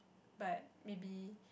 but maybe